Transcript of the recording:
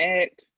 act